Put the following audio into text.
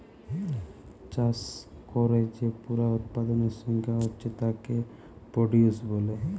চাষ কোরে যে পুরা উৎপাদনের সংখ্যা হচ্ছে তাকে প্রডিউস বলে